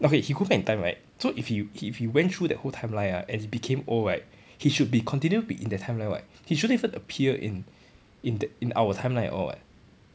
okay he go back in time right so if he if he went through that whole timeline ah and he became old right he should be continue be in that timeline [what] he shouldn't even appear in in t~ in our timeline at all [what]